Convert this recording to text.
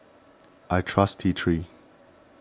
I trust T three